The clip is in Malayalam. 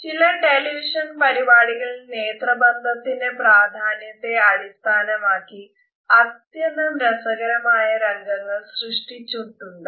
ചില ടെലിവിഷൻ പരിപാടികളിൽ നേത്രബന്ധത്തിന്റെ പ്രാധന്യത്തെ അടിസ്ഥാനമാക്കി അത്യന്തം രസകരമായ രംഗങ്ങൾ സൃഷ്ടിച്ചിട്ടുണ്ട്